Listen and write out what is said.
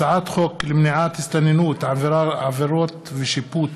הצעת חוק למניעת הסתננות (עבירות ושיפוט)